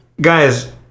guys